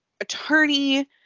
attorney